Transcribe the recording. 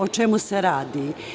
O čemu se radi?